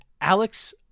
Alex